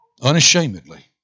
Unashamedly